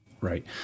Right